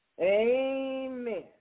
Amen